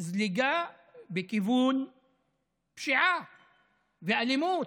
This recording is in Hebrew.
זליגה בכיוון פשיעה ואלימות.